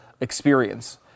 experience